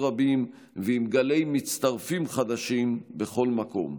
רבים ועם גלי מצטרפים חדשים בכל מקום.